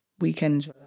Weekends